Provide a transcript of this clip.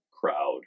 crowd